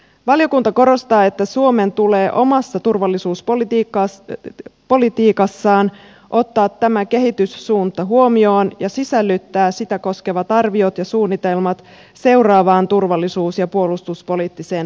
valiokunta korostaa että suomen tulee omassa turvallisuuspolitiikassaan ottaa tämä kehityssuunta huomioon ja sisällyttää sitä koskevat arviot ja suunnitelmat seuraavaan turvallisuus ja puolustuspoliittiseen selontekoon